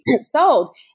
sold